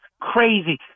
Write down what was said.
Crazy